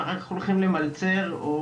אחר כך הולכים למלצר או